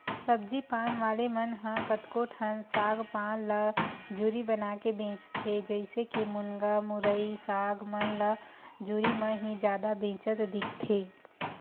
सब्जी पान वाले मन ह कतको ठन साग पान ल जुरी बनाके बेंचथे, जइसे के मुनगा, मुरई, साग मन ल जुरी म ही जादा बेंचत दिखथे